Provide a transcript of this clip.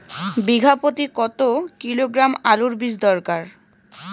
বিঘা প্রতি কত কিলোগ্রাম আলুর বীজ দরকার?